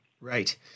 Right